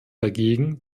dagegen